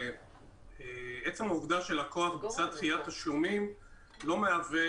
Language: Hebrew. עצם העובדה שלקוח ביצע דחיית תשלומים לא מהווה